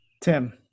Tim